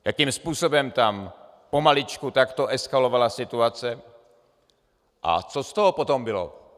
Jakým způsobem tam pomaličku takto eskalovala situace a co z toho potom bylo.